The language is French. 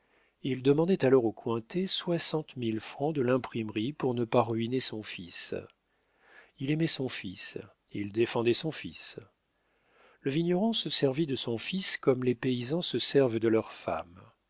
il demandait alors aux cointet soixante mille francs de l'imprimerie pour ne pas ruiner son fils il aimait son fils il défendait son fils le vigneron se servit de son fils comme les paysans se servent de leurs femmes